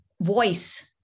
voice